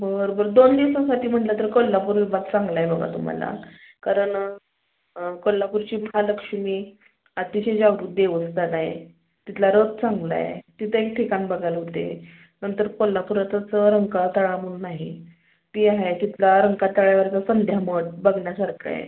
बर बर दोन दिवसासाठी म्हणलं तर कोल्लापूरच भाग चांगला आहे बघा तुम्हाला कारण कोल्लापूरची महालक्ष्मी अतिशय जागृत देवस्थान आहे तिथला रथ चांगलाय तिथं एक ठिकाण बघायला होतंय नंतर कोल्लापूरातच रंकाळा तळाव म्हणून आहे ते आहे तिथला रंकाळा तळ्यावरचा संध्यामठ बघण्यासारखा आहे